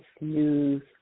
News